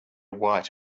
white